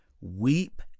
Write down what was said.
weep